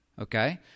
Okay